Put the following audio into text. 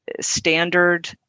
standard